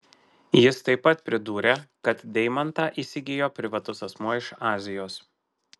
jis taip pat pridūrė kad deimantą įsigijo privatus asmuo iš azijos